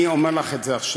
אני אומר לך את זה עכשיו: